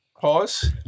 Pause